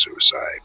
suicide